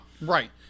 Right